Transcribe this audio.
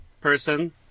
person